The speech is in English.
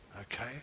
Okay